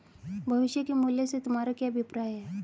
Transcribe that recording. भविष्य के मूल्य से तुम्हारा क्या अभिप्राय है?